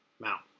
mount